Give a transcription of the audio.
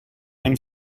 and